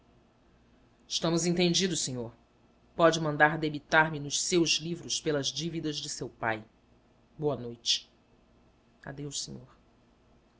estamos entendidos senhor pode mandar debitar me nos seus livros pelas dívidas de seu pai boa noite adeus senhor